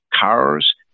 cars